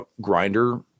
grinder